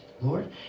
Lord